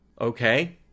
Okay